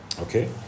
Okay